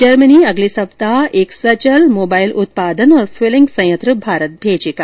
Germany अगले सप्ताह एक सचल मोबाइल उत्पादन और फिलिंग संयंत्र भारत भेजेगा